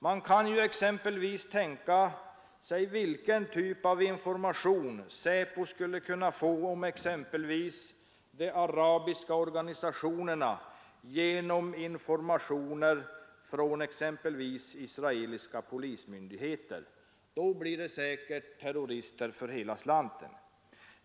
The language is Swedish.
Man kan exempelvis tänka sig vilken typ av information SÄPO skulle kunna få, exempelvis om de arabiska organisationerna, genom information från exempelvis israeliska polismyndigheter. Då blir det säkert terrorister för hela slanten!